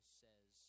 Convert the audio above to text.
says